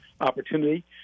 opportunity